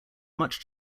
much